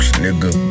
nigga